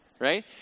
right